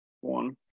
one